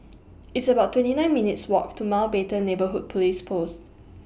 It's about twenty nine minutes' Walk to Mountbatten Neighbourhood Police Post